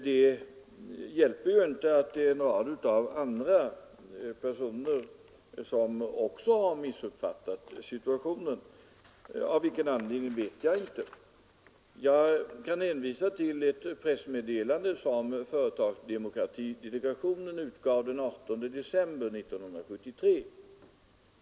Det hjälper inte att en rad andra personer också har missuppfattat situationen; av vilken anledning vet jag inte. Jag kan hänvisa till ett pressmeddelande som företagsdemokratidelegationen utgav den 18 december 1973.